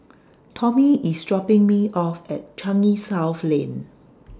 Tommy IS dropping Me off At Changi South Lane